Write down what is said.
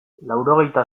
laurogehita